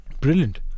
Brilliant